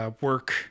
work